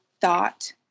thought